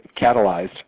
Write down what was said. catalyzed